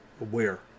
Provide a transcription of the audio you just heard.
aware